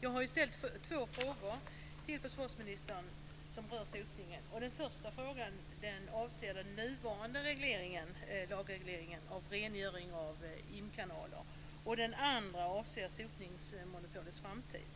Jag har i stället två frågor till försvarsministern som rör sotningen. Den första frågan avser den nuvarande lagregleringen av rengöring av imkanaler. Den andra avser sotningsmonopolets framtid.